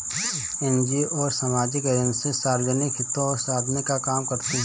NGO और सामाजिक agency सार्वजनिक हितों को साधने का काम करती हैं